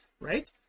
right